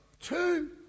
two